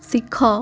ଶିଖ